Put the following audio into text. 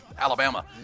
Alabama